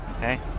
Okay